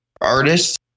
artist